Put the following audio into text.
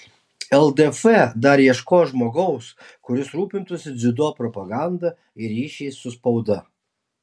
ldf dar ieškos žmogaus kuris rūpintųsi dziudo propaganda ir ryšiais su spauda